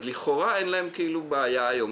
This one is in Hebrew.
אז לכאורה אין להם בעיה היום,